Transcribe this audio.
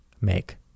make